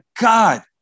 God